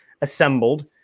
assembled